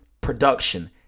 production